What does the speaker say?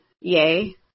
yay